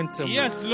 Yes